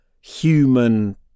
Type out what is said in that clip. human